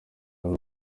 wari